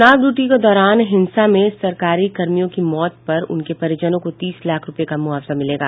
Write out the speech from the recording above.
चुनाव ड्यूटी के दौरान हिंसा में सरकारी कर्मियों की मौत होने पर उनके परिजनों को तीस लाख रूपये का मुआवजा मिलेगा